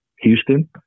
houston